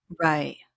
Right